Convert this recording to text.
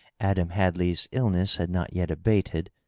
adam hadlejr'g illness had not yet abated,